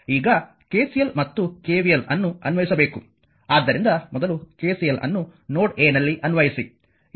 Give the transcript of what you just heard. ಈಗ KCL ಮತ್ತು KVL ಅನ್ನು ಅನ್ವಯಿಸಬೇಕು ಆದ್ದರಿಂದ ಮೊದಲು KCL ಅನ್ನು ನೋಡ್ a ನಲ್ಲಿ ಅನ್ವಯಿಸಿ ಇದು ನನ್ನ ನೋಡ್ a ಇದು ನನ್ನ ನೋಡ್ a